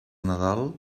nadal